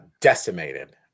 decimated